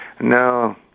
no